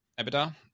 ebitda